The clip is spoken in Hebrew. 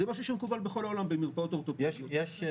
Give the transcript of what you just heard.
זה משהו שמקובל בכל העולם במרפאות אורתופדיות --- יש נציג משרד האוצר?